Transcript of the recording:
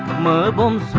mobile